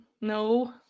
No